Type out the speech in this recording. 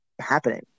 happening